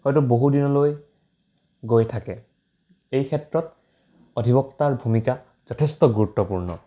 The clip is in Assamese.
হয়তো বহুদিনলৈ গৈ থাকে এই ক্ষেত্ৰত অধিবক্তাৰ ভূমিকা যথেষ্ট গুৰুত্বপূৰ্ণ